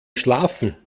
schlafen